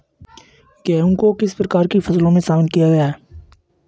गेहूँ को किस प्रकार की फसलों में शामिल किया गया है?